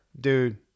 dude